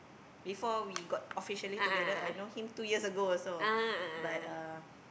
before we got officially together I know him two years ago also but uh